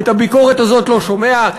את הביקורת הזאת לא שומע,